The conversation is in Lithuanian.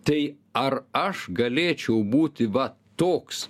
tai ar aš galėčiau būti va toks